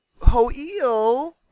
Ho'il